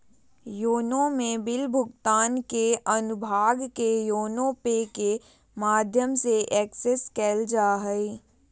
YONO में bill भुगतान अनुभाग के योनो पे के माध्यम से एक्सेस कइल जा हइ